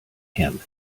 him